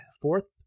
fourth